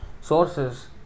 sources